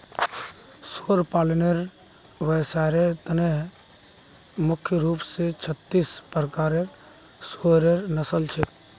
सुअर पालनेर व्यवसायर त न मुख्य रूप स छत्तीस प्रकारेर सुअरेर नस्ल छेक